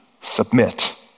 Submit